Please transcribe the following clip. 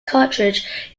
cartridge